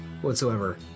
Whatsoever